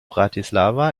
bratislava